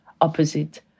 opposite